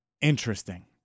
interesting